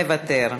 מוותר.